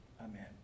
Amen